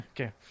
Okay